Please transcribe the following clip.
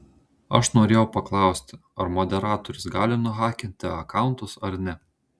aš norėjau paklausti ar moderatorius gali nuhakinti akauntus ar ne